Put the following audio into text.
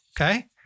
okay